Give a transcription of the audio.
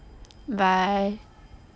bye